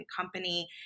company